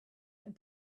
and